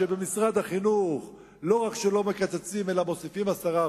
שבמשרד החינוך לא רק שלא מקצצים אלא מוסיפים 10%,